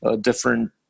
different